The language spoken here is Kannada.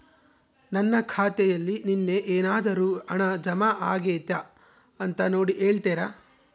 ನನ್ನ ಖಾತೆಯಲ್ಲಿ ನಿನ್ನೆ ಏನಾದರೂ ಹಣ ಜಮಾ ಆಗೈತಾ ಅಂತ ನೋಡಿ ಹೇಳ್ತೇರಾ?